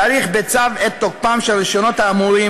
להאריך בצו את תוקפם של הרישיונות האמורים,